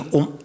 om